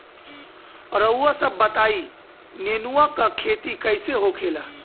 रउआ सभ बताई नेनुआ क खेती कईसे होखेला?